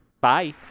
Bye